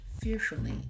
fearfully